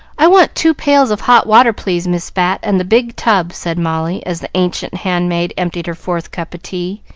i want two pails of hot water, please, miss bat, and the big tub, said molly, as the ancient handmaid emptied her fourth cup of tea,